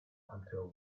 until